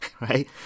right